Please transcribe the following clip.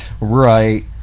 Right